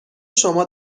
شما